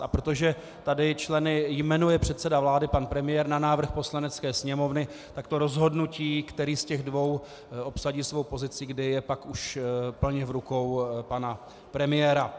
A protože tady členy jmenuje předseda vlády, pan premiér, na návrh Poslanecké sněmovny, tak to rozhodnutí, který z těch dvou obsadí svou pozici, kde je pak už plně v rukou pana premiéra.